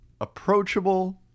approachable